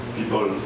people